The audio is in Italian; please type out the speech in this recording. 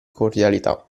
cordialità